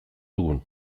dugun